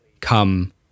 come